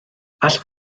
allwch